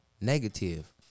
negative